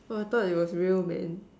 oh I thought it was real man